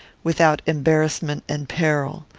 without embarrassment and peril.